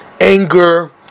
anger